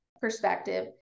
perspective